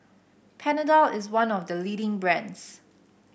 Panadol is one of the leading brands